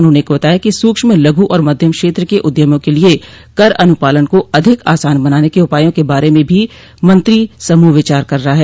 उन्होंने बताया कि सूक्ष्म लघु और मध्यम क्षेत्र के उद्यमों के लिए कर अनुपालन को अधिक आसान बनाने के उपायों के बारे में भी मंत्री समूह विचार कर रहा है